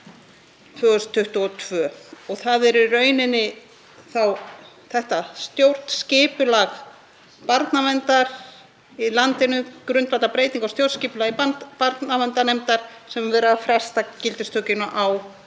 Það er í raun þetta stjórnskipulag barnaverndar í landinu, grundvallarbreyting á stjórnskipulagi barnaverndarnefnda, sem er verið að fresta gildistökunni á